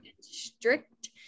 strict